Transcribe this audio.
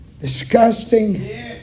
disgusting